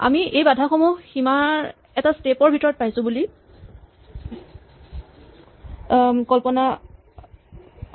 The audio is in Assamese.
আমি এই বাধাসমূহ সীমাৰ এটা স্টেপ ভিতৰত পাইছো বুলি কল্পনা কৰা